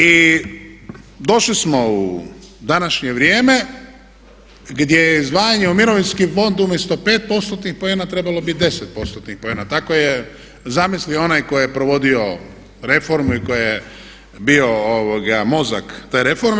I došli smo u današnje vrijeme gdje je izdvajanje u mirovinski fond umjesto 5%-tnih poena trebalo biti 10%-tnih poena tako je zamislio onaj koji je provodio reformu i koji je bio mozak te reforme.